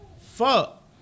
Fuck